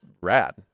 rad